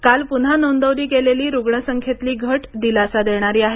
काल पुन्हा नोंदवली गेलेली रुग्णसंख्येतली घट दिलासा देणारी आहे